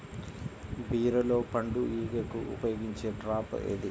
బీరలో పండు ఈగకు ఉపయోగించే ట్రాప్ ఏది?